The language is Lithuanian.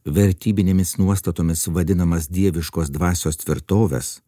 vertybinėmis nuostatomis vadinamas dieviškos dvasios tvirtoves